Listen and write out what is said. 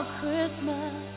Christmas